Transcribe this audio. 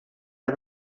del